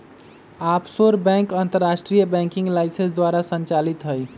offshore bank अंतरराष्ट्रीय banking licence द्वारा संचालित हइ